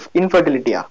infertility